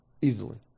Easily